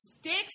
sticks